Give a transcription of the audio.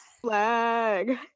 flag